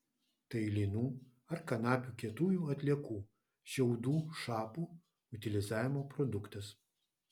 tai linų ar kanapių kietųjų atliekų šiaudų šapų utilizavimo produktas